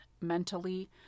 mentally